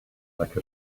like